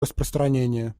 распространения